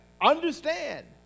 understand